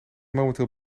momenteel